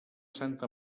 santa